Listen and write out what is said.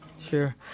Sure